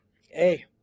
Hey